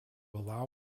allow